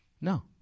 No